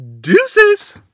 deuces